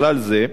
בכלל זה,